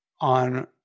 on